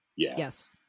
Yes